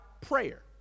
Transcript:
prayer